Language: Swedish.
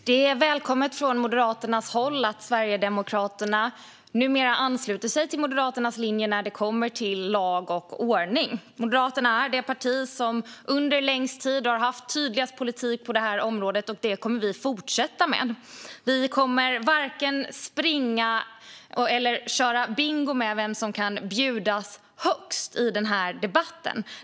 Herr talman! Det är välkommet från Moderaternas håll att Sverigedemokraterna numera ansluter sig till Moderaternas linje när det kommer till lag och ordning. Moderaterna är det parti som under längst tid har haft tydligast politik på detta område, och det kommer vi att fortsätta med. Vi kommer inte att tävla i att vare sig springa eller spela bingo om vem som kan bjuda högst i denna debatt.